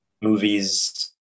movies